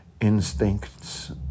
Instincts